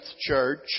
Church